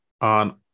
on